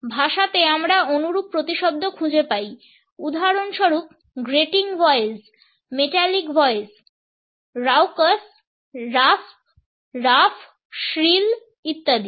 ভাষাতে আমরা অনুরূপ প্রতিশব্দ খুঁজে পাই উদাহরণস্বরূপ grating voice metallic voice raucous rasp rough shrill ইত্যাদি